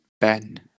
Ben